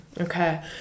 Okay